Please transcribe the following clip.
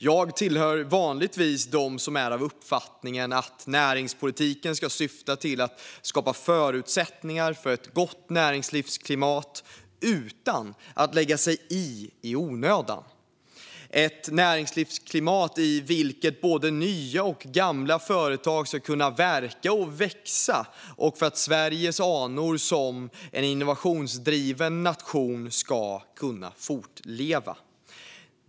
Jag tillhör vanligtvis dem som är av uppfattningen att näringspolitiken ska syfta till att skapa förutsättningar för ett gott näringslivsklimat utan att i onödan lägga sig i. Det ska vara ett näringslivsklimat i vilket både nya och gamla företag kan verka och växa och där Sveriges anor som en innovationsdriven nation ska kunna fortleva.